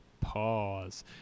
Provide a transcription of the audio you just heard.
Pause